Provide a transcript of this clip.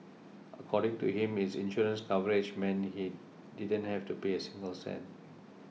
according to him his insurance coverage meant he didn't have to pay a single cent